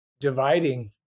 dividing